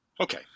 Okay